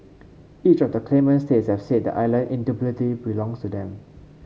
each of the claimant states have said the island indubitably belongs to them